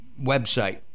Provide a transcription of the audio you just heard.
website